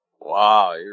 Wow